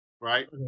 Right